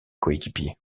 coéquipiers